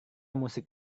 musik